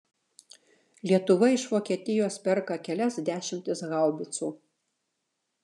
lietuva iš vokietijos perka kelias dešimtis haubicų